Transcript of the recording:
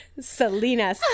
Selena